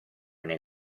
nei